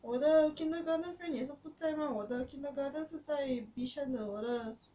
我的 kindergarten friend 也是不在吗我的 kindergarten 是在 bishan 的我的